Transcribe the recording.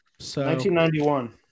1991